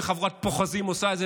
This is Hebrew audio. וחבורת פוחזים עושה את זה,